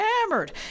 hammered